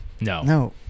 No